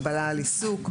הגבלה על עיסוק.